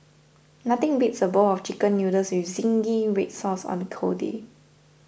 nothing beats a bowl of Chicken Noodles with Zingy Red Sauce on a cold day